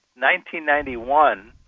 1991